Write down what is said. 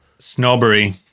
Snobbery